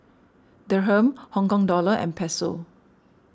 Dirham Hong Kong Dollar and Peso